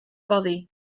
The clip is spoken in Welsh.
boddi